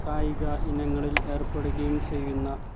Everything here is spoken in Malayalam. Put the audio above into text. കായിക ഇനങ്ങളിൽ ഏർപ്പെടുകയും ചെയ്യുന്ന